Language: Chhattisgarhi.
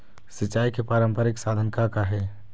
सिचाई के पारंपरिक साधन का का हे?